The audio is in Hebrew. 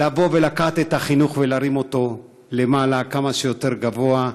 לקחת את החינוך ולהרים אותו למעלה כמה שיותר גבוה.